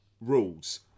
rules